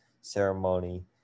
ceremony